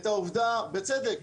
ובצדק,